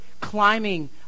climbing